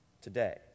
today